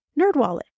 Nerdwallet